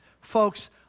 Folks